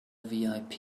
vip